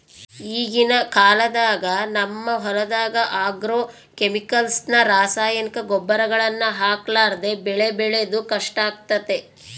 ಈಗಿನ ಕಾಲದಾಗ ನಮ್ಮ ಹೊಲದಗ ಆಗ್ರೋಕೆಮಿಕಲ್ಸ್ ನ ರಾಸಾಯನಿಕ ಗೊಬ್ಬರಗಳನ್ನ ಹಾಕರ್ಲಾದೆ ಬೆಳೆ ಬೆಳೆದು ಕಷ್ಟಾಗೆತೆ